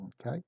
okay